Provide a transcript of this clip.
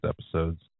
episode's